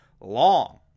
long